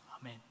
Amen